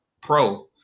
pro